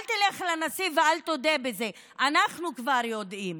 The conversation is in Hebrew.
אל תלך לנשיא ואל תודה בזה, אנחנו כבר יודעים.